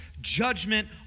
judgment